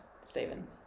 Stephen